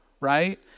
right